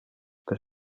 but